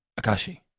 Akashi